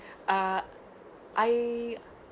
uh I